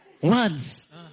Words